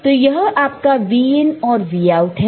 तो यह आपका Vin और Vout है